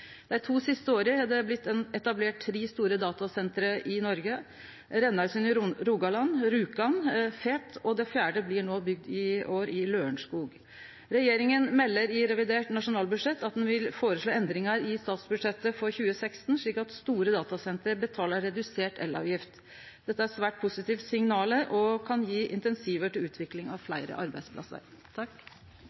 Dei to siste åra har det blitt etablert tre store datasenter i Noreg – Rennesøy i Rogaland, Rjukan og Fet – og det fjerde blir bygd i år i Lørenskog. Regjeringa melder i revidert nasjonalbudsjett at ein vil føreslå endringar i statsbudsjettet for 2016, slik at store datasenter betaler redusert elavgift. Dette er svært positive signal og kan gje incentiv til utvikling av fleire arbeidsplassar.